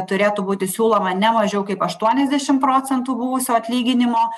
turėtų būti siūloma ne mažiau kaip aštuoniasdešim procentų buvusio atlyginimo